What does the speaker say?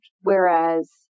Whereas